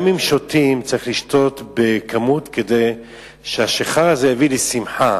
גם אם שותים צריך לשתות בכמות כדי שהשיכר הזה יביא לשמחה.